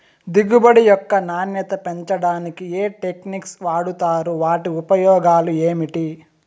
దిగుబడి యొక్క నాణ్యత పెంచడానికి ఏ టెక్నిక్స్ వాడుతారు వాటి ఉపయోగాలు ఏమిటి?